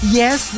yes